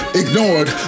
ignored